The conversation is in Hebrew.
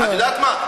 את יודעת מה?